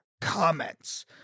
comments